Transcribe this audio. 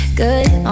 good